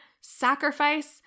sacrifice